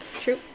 True